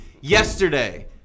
Yesterday